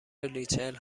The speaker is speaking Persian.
ریچل